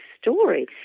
story